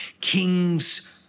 King's